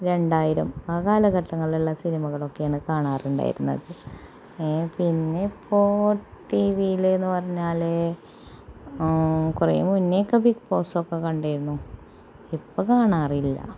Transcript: രണ്ടായിരം ആ കാലഘട്ടങ്ങളില് ഉള്ള സിനിമകളൊക്കെയാണ് കാണാറുണ്ടായിരുന്നത് പിന്നെ ഇപ്പോൾ ടീ വി യിൽ എന്ന് പറഞ്ഞാല് കുറെ മുന്നെയൊക്കെ ബിഗ്ഗ് ബോസ്സൊക്കെ കണ്ടിരുന്നു ഇപ്പോൾ കാണാറില്ല